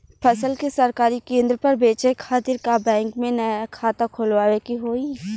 फसल के सरकारी केंद्र पर बेचय खातिर का बैंक में नया खाता खोलवावे के होई?